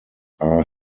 are